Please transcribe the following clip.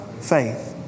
faith